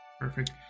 Perfect